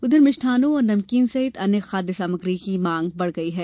उधर मिष्ठानों और नमकीन सहित अन्य खाद्य सामग्री की मांग बढ़ गई है